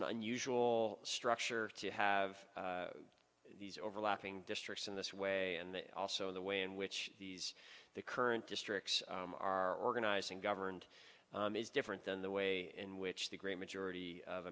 an unusual structure to have these overlapping districts in this way and also the way in which these the current districts are organizing governed is different than the way in which the great